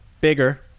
bigger